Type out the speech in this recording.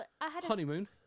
honeymoon